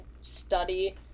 study